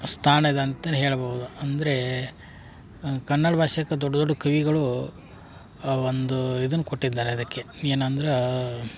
ಸ್ಥಾನ ಇದೆ ಅಂತಾನೆ ಹೇಳಬೌದು ಅಂದರೆ ಕನ್ನಡ ಭಾಷೆಗೆ ದೊಡ್ಡ ದೊಡ್ಡ ಕವಿಗಳು ಒಂದು ಇದನ್ನ ಕೊಟಿದ್ದಾರೆ ಅದಕೆ ಏನಂದ್ರಾ